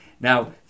Now